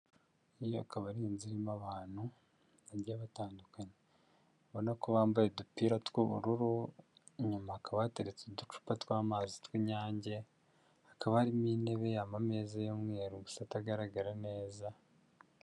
Iyi akaba ari inzu irimo abantu bagiye batandukanye, urabona ko bambaye udupira tw'ubururu, inyuma hakaba bateretse uducupa tw'amazi tw'inyange, hakaba harimo intebe ameza y'umweru, gusa atagaragara neza.